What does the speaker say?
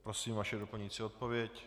Prosím vaše doplňující odpověď.